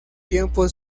tiempo